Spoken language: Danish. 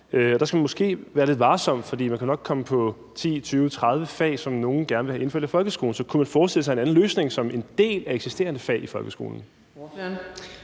Der skal man måske være lidt varsom, for man kunne nok komme på 10, 20, 30 fag, som nogle gerne vil have indført i folkeskolen. Så kunne man forestille sig en anden løsning, f.eks. som en del af eksisterende fag i folkeskolen?